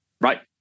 right